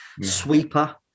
sweeper